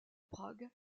prague